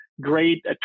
great